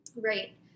Right